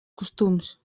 costums